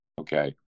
okay